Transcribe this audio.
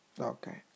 okay